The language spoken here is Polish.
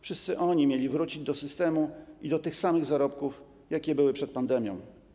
Wszyscy oni mieli wrócić do systemu i do tych samych zarobków, jakie były przed pandemią.